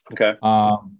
Okay